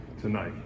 tonight